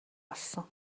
олсон